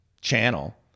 channel